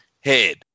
head